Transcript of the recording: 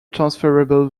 transferable